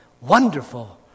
wonderful